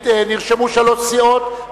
נרשמו שלוש סיעות,